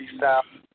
south